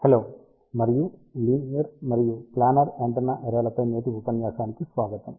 hello మరియు linear మరియు planar antenna array లపై నేటి ఉపన్యాసానికి స్వాగతం